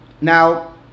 Now